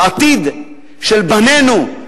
לעתיד של בנינו,